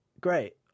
Great